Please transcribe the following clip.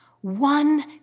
one